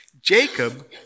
Jacob